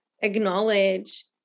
acknowledge